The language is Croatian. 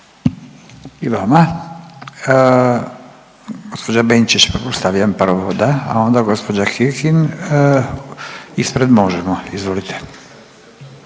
I vama. Gospođa Benčić pretpostavljam prvo da, a onda gospođa Kekin ispred Možemo. Izvolite.